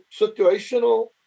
situational